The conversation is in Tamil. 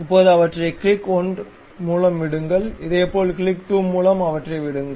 இப்போது அவற்றை கிளிக் 1 மூலம் விடுங்கள் இதேபோல் கிளிக் 2 மூலம் அவற்றை விடுங்கள்